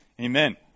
Amen